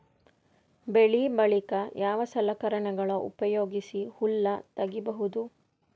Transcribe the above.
ಬೆಳಿ ಬಳಿಕ ಯಾವ ಸಲಕರಣೆಗಳ ಉಪಯೋಗಿಸಿ ಹುಲ್ಲ ತಗಿಬಹುದು?